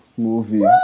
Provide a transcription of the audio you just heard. movie